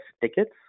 tickets